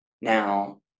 Now